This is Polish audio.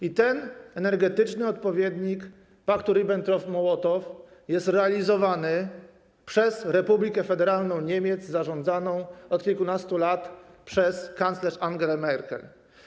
I ten energetyczny odpowiednik paktu Ribbentrop-Mołotow jest realizowany przez Republikę Federalną Niemiec zarządzaną od kilkunastu lat przez kanclerz Angelę Merkel.